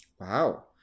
Wow